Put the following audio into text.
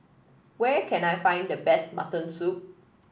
where can I find the best Mutton Soup